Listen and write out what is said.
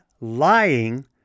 lying